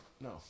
No